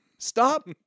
Stop